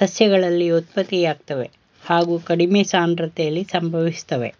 ಸಸ್ಯಗಳಲ್ಲಿ ಉತ್ಪತ್ತಿಯಾಗ್ತವೆ ಹಾಗು ಕಡಿಮೆ ಸಾಂದ್ರತೆಲಿ ಸಂಭವಿಸ್ತವೆ